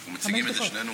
אנחנו מציגים את זה שנינו.